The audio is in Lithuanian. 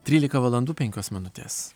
trylika valandų penkios minutės